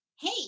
Hey